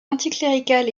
anticlérical